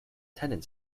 tenants